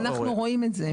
אנחנו רואים את זה.